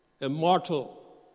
immortal